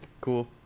cool